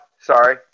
Sorry